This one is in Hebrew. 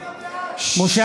(קורא בשמות חברי הכנסת) משה